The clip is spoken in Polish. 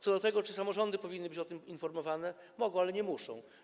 Co do tego, czy samorządy powinny być o tym informowane - mogą, ale nie muszą.